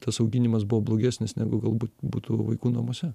tas auginimas buvo blogesnis negu galbūt būtų vaikų namuose